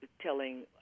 telling